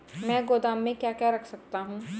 मैं गोदाम में क्या क्या रख सकता हूँ?